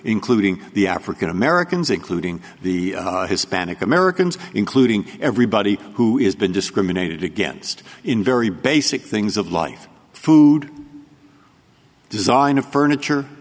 including the african americans including the hispanic americans including everybody who has been discriminated against in very basic things of life food design of furniture